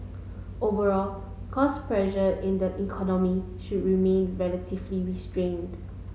overall cost pressure in the economy should remain relatively restrained